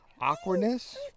awkwardness